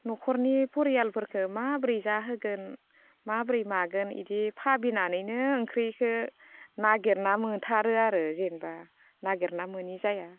न'खरनि फरियालफोरखो माब्रै जाहोगोन माब्रै मागोन इदि भाबिनानैनो ओंख्रिखो नागिरना मोनाथारो आरो जेन'बा नागिरना मोनि जाया